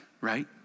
right